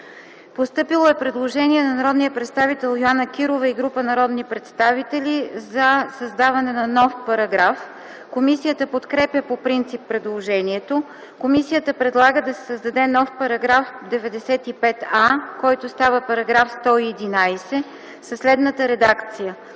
Постъпило е предложение на народния представител Йоана Кирова и група народни представители за създаване на нов параграф. Комисията подкрепя по принцип предложението. Комисията предлага да се създаде нов § 95а, който става § 111 със следната редакция: